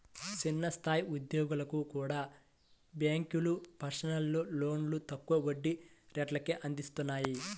చిన్న స్థాయి ఉద్యోగులకు కూడా బ్యేంకులు పర్సనల్ లోన్లను తక్కువ వడ్డీ రేట్లకే అందిత్తన్నాయి